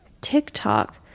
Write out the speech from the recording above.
TikTok